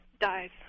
dies